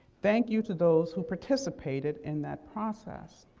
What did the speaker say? thank you to those who participated in that process.